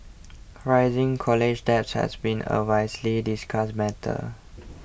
rising college debts has been a widely discussed matter